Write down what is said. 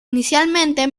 inicialmente